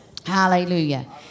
Hallelujah